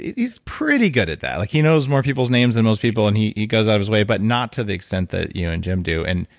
he's pretty good at that. like he knows more people's names and most people, and he he goes out of his way. but not to the extent that you and jim do. and